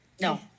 No